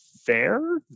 fair